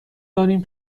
داریم